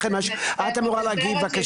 מציע שתישאר אתנו.